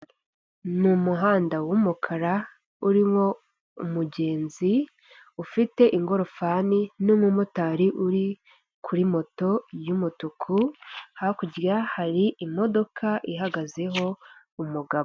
Ni umuhanda w'umukara urimo umugenzi ufite igorofani n'umumotari uri kuri moto y'umutuku hakurya hari imodoka ihagazeho umugabo.